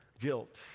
Guilt